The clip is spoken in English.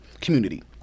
community